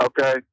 okay